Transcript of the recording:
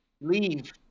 leave